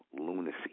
lunacy